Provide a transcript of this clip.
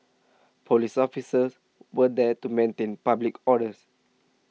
police officers were there to maintain public orders